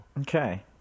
okay